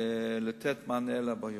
לתת מענה לבריאות.